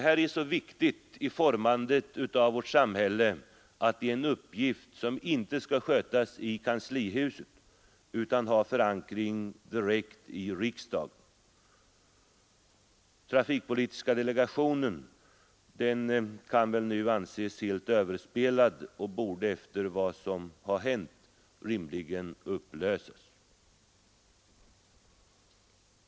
Detta är så viktigt i formandet av vårt samhälle att det är en uppgift som inte skall skötas i kanslihuset utan ha förankring direkt i riksdagen. Trafikpolitiska delegationen kan väl nu anses helt överspelad och borde efter vad som har hänt rimligen upplösas.